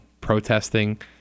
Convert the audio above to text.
protesting